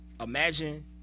Imagine